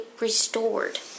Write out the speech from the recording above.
restored